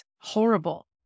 horrible